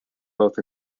both